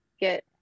get